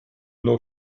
noch